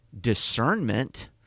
discernment